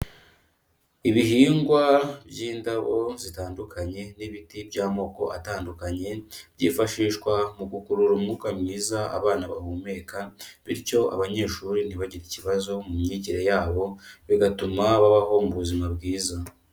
Ibihingwa by'indabo zitandukanye n'ibiti by'amoko atandukanye, byifashishwa mu gukurura umwuka mwiza abana bahumeka bityo abanyeshuri ntibagire ikibazo mu myigire yabo, bigatuma babaho mu buzima bwiza.